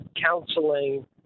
counseling